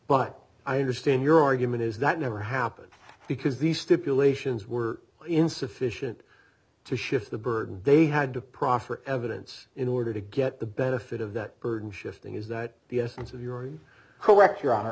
but i understand your argument is that never happened because these stipulations were insufficient to shift the burden they had to proffer evidence in order to get the benefit of that burden shifting is that the essence of yury correct your hon